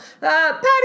Patty